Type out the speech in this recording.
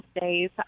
days